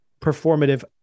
performative